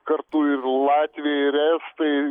kartu ir latviai ir estai